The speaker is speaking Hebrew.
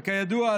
וכידוע,